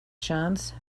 chance